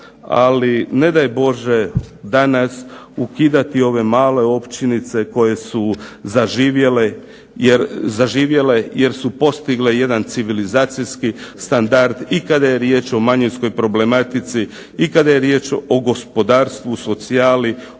ali ne daj Bože danas ukidati ove male općinice koje su zaživjele jer su postigle jedan civilizacijski standard i kada je riječ o manjinskoj problematici, kada je riječ o gospodarstvu, socijali,